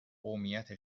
قومیت